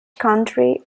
country